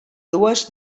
dues